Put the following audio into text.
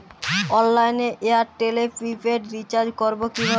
অনলাইনে এয়ারটেলে prepaid recharge করবো কিভাবে?